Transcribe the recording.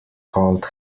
called